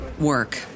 work